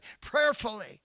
prayerfully